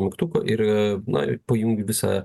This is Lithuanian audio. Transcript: mygtuką ir na pajungi visą